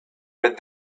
read